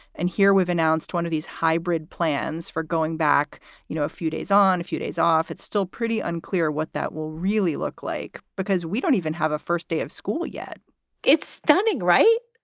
and here we've announced one of these hybrid plans for going back you know a few days on, a few days off. it's still pretty unclear what that will really look like because we don't even have a first day of school yet it's stunning, right?